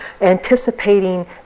anticipating